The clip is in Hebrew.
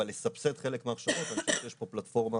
אבל לסבסד חלק מההכשרות, אני חושב שיש פה פלטפורמה